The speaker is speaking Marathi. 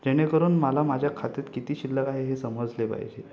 जेणेकरून मला माझ्या खात्यात किती शिल्लक आहे हे समजले पाहिजे